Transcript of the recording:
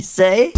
say